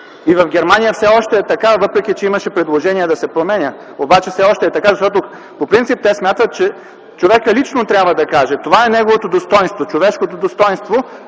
И в Германия все още е така, въпреки че имаше предложение да се променят нещата, обаче все още е така, защото по принцип те смятат, че човекът лично трябва да каже. Това е неговото достойнство, човешкото достойнство